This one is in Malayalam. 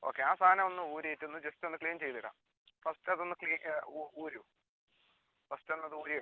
ഓക്കെ ആ സാധനം ഒന്ന് ഊരിയിട്ടൊന്ന് ജസ്റ്റ് ഒന്ന് ക്ലീൻ ചെയ്തിടുക ഫസ്റ്റ് അതൊന്ന് ക്ലീൻ ഊരൂ ഫസ്റ്റ് ഒന്ന് അത് ഊരി എടുക്കൂ